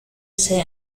ese